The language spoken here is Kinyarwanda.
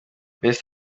best